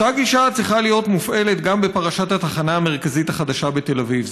אותה גישה צריכה להיות מופעלת גם בפרשת התחנה המרכזית החדשה בתל אביב.